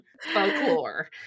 folklore